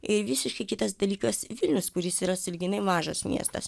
ir visiškai kitas dalykas vilnius kuris yra sąlyginai mažas miestas